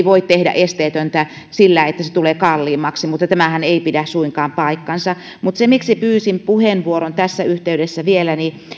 voi tehdä esteetöntä siksi että se tulee kalliimmaksi mutta tämähän ei pidä suinkaan paikkaansa mutta syy siihen miksi pyysin vielä puheenvuoron tässä yhteydessä on se että